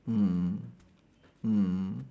mm mm mm mm